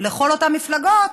לכל אותן מפלגות,